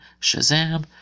Shazam